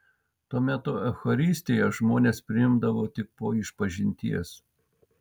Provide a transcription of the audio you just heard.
tuo metu eucharistiją žmonės priimdavo tik po išpažinties